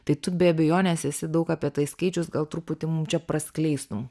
tai tu be abejonės esi daug apie tai skaičius gal truputį mum čia praskleistum